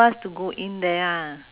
lobster noodle